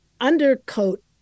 undercoat